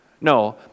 No